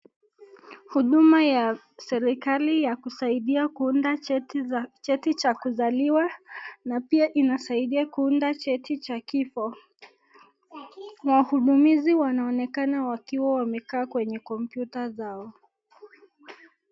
Huduma ya serikali ya kusaidia kuunda cheti cha kuzaliwa na pia inasaidia kuunda cheti cha kifo. Wahudumizi wanaonekana wakiwa wamekaa kwenye kompyuta zao.